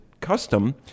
custom